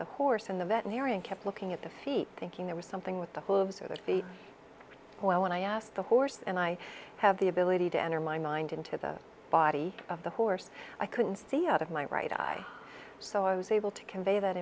the horse in the veterinarian kept looking at the feet thinking there was something with the feet and i asked the horse and i have the ability to enter my mind into the body of the horse i couldn't see out of my right eye so i was able to convey that